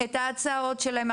שלהם, את ההצעות שלהם.